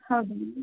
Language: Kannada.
ಹೌದಾ ಮ್ಯಾಮ್